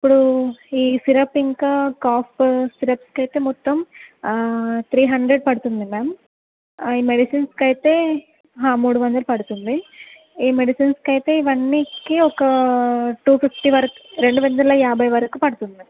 ఇప్పుడు ఈ సిరప్ ఇంకా కాఫ్ సిరప్కి అయితే మొత్తం త్రీ హాండ్రెడ్ పడుతుంది మ్యామ్ ఈ మెడిసిన్స్కి అయితే మూడు వందలు పడుతుంది ఈ మెడిసిన్స్కి అయితే ఇవన్నీకి ఒక టూ ఫిఫ్టీ వరకు రెండు వందల యాభై వరకు పడుతుంది మ్యామ్